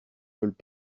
veulent